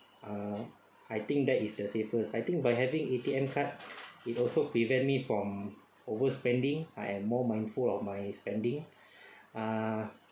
ah I think that is the safest I think by having A_T_M card it also prevent me from overspending I am more mindful of my spending uh